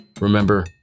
Remember